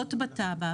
נקבעות בתב"ע.